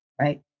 right